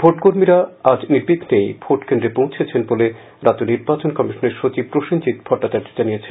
ভোটকর্মীরা আজ নির্বিঘ্লেই ভোট কেন্দ্রে পৌঁছেছেন বলে রাজ্য নির্বাচন কমিশনের সচিব প্রসেনজিৎ ভট্টাচার্য জানিয়েছেন